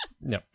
No